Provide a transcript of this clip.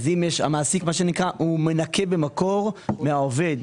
אז המעסיק מנכה במקור מהעובד,